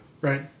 Right